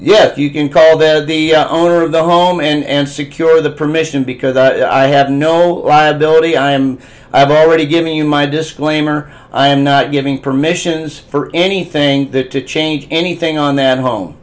yet you can call the the owner of the home and secure the permission because i have no liability i am i've already given you my disclaimer i'm not giving permissions for anything to change anything on that home